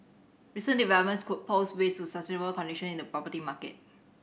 recent developments could pose risks to sustainable condition in the property market